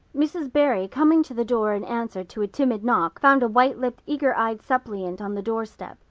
mrs. barry, coming to the door in answer to a timid knock, found a white-lipped eager-eyed suppliant on the doorstep.